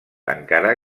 encara